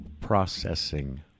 processing